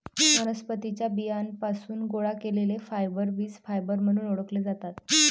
वनस्पतीं च्या बियांपासून गोळा केलेले फायबर बीज फायबर म्हणून ओळखले जातात